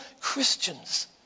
Christians